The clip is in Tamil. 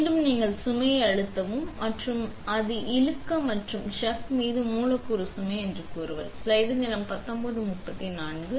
எனவே மீண்டும் நீங்கள் சுமை அழுத்தவும் மற்றும் அது இழுக்க மற்றும் சக் மீது மூலக்கூறு சுமை என்று கூறுகிறார்